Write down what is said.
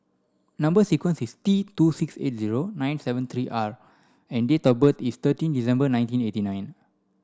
number sequence is T two six eight zero nine seven three R and date of birth is thirteen December nineteen eighty nine